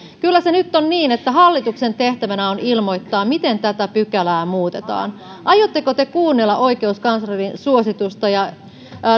kyllä se nyt on niin että hallituksen tehtävänä on ilmoittaa miten tätä pykälää muutetaan aiotteko te kuunnella oikeuskanslerin suositusta ja